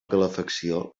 calefacció